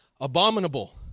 abominable